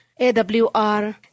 AWR